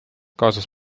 kaasas